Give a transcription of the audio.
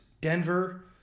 Denver